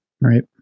right